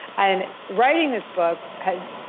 and writing this book has,